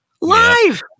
live